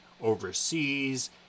overseas